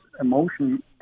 emotion